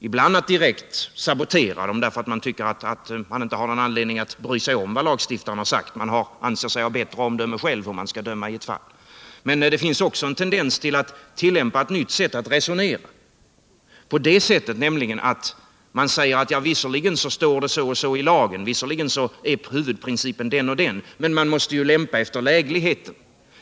Ibland saboteras dessa därför att man tycker att man inte har någon anledning att bry sig om vad lagstiftaren har sagt utan anser sig ha bättre omdöme själv, om man skall döma i ett fall. Men det finns också en tendens att tillämpa ett nytt sätt att resonera, på det viset nämligen att man säger att det visserligen står så och så i lagen och att huvudprincipen visserligen är den och den, men att man ju måste laga efter läglighet.